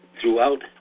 throughout